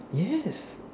yes